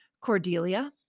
Cordelia